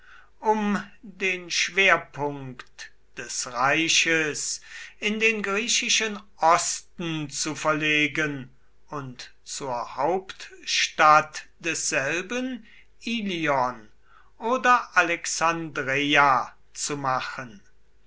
um den schwerpunkt des reiches in den griechischen osten zu verlegen und zur hauptstadt desselben ilion oder alexandreia zu machen